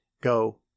go